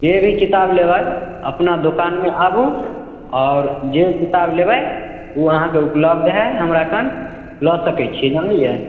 जेभी किताब लेबै अपना दुकानमे आबु आओर जे किताब लेबै ओ अहाँके उपलब्ध है हमरा कन लऽ सकै छी जनलियै